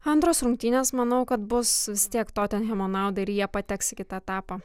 antros rungtynės manau kad bus vis tiek totenhemo naudai ir jie pateks į kitą etapą